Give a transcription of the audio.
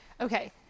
Okay